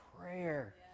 prayer